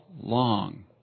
long